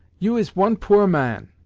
you is one poor man,